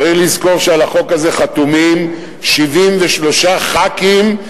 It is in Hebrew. צריך לזכור שעל החוק הזה חתומים 73 חברי כנסת